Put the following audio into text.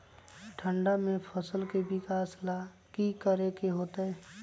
ठंडा में फसल के विकास ला की करे के होतै?